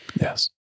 Yes